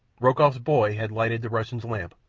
rokoff's boy had lighted the russian's lamp,